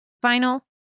final